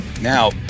Now